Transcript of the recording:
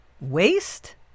Waste